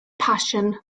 passion